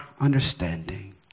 understanding